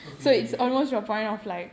okay okay